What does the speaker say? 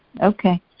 Okay